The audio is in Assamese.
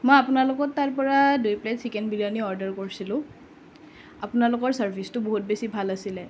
মই আপোনালোকৰ তাৰপৰা দুই প্লেট চিকেন বিৰিয়ানী অৰ্ডাৰ কৰিছিলোঁ আপোনালোকৰ চাৰ্ভিছটো বহুত বেছি ভাল আছিলে